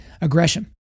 aggression